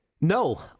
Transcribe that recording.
No